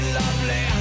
lovely